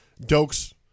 Dokes